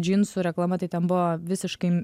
džinsų reklama tai ten buvo visiškai